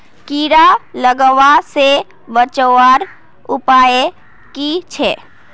कीड़ा लगवा से बचवार उपाय की छे?